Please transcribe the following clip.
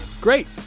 great